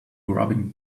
grubbing